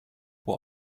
what